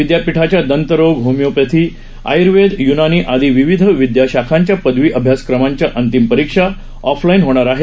विद्यापीठाच्या दंतरोग होमिओपॅथी आय्र्वेद य्नानी आदी विविध विद्याशाखांच्या पदवी अभ्यासक्रमांच्या अंतिम परीक्षा ऑफलाइन होणार आहेत